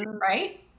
Right